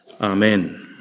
Amen